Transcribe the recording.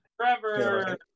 Trevor